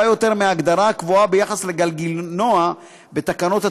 יותר מההגדרה הקבועה ביחס לגלגינוע בתקנות התעבורה.